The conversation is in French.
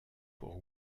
pour